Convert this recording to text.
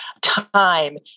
time